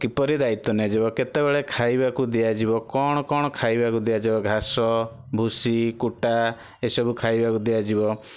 କିପରି ଦାୟିତ୍ୱ ନିଆଯିବ କେତେବେଳେ ଖାଇବାକୁ ଦିଆଯିବ କ'ଣ କ'ଣ ଖାଇବାକୁ ଦିଆଯିବ ଘାସ ଭୁସି କୁଟା ଏସବୁ ଖାଇବାକୁ ଦିଆଯିବ